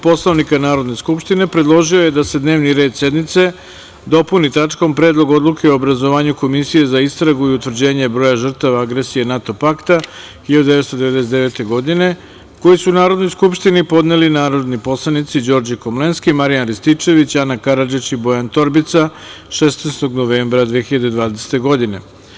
Poslovnika Narodne skupštine, predložio je da se dnevni red sednice dopuni tačkom – Predlog odluke o obrazovanju komisije za istragu i utvrđenje broja žrtava agresije NATO pakta 1999. godine, koju su Narodnoj skupštini podneli narodni poslanici Đorđe Komlenski, Marijan Rističević, Ana Karadžić i Bojan Torbica 16. novembra 2020. godine.